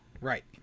Right